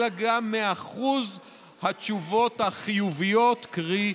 אלא גם מאחוז התשובות החיוביות, קרי,